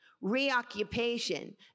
reoccupation